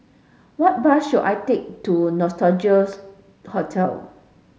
what bus should I take to Nostalgia's Hotel